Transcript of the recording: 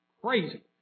Crazy